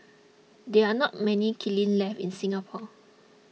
there are not many kilns left in Singapore